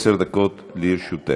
עשר דקות לרשותך.